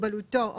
שמוגבלותו,